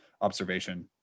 observation